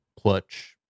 clutch